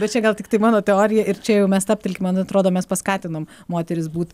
bet čia gal tiktai mano teorija ir čia jau mes stabtelkim man atrodo mes paskatinom moteris būt